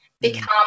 become